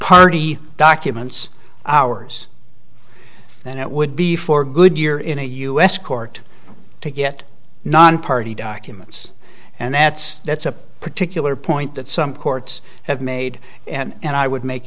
party documents hours than it would be for goodyear in a u s court to get nonparty documents and that's that's a particular point that some courts have made and i would make